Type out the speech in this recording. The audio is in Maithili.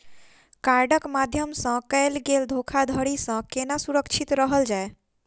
कार्डक माध्यम सँ कैल गेल धोखाधड़ी सँ केना सुरक्षित रहल जाए?